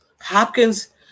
Hopkins